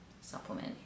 supplement